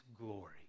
glory